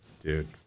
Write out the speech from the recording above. dude